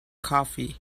coffee